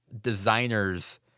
designers